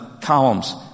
columns